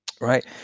right